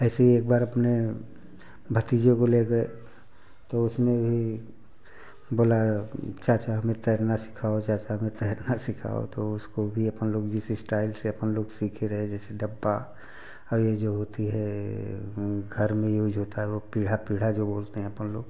ऐसे ही एक बार अपने भतीजे को ले गए तो उसने भी बोला चाचा हमें तैरना सिखाओ चाचा हमें तैरना सिखाओ तो उसको भी अपन लोग जिस स्टाइल से अपन लोग सीखे रहे जैसे डब्बा और यह जो होती है घर में यूज़ होता है वह पीढ़ा पीढ़ा जो बोलते हैं अपन लोग